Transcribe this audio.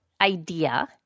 idea